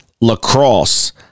lacrosse